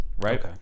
right